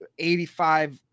85